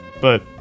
but-